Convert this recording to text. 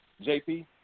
JP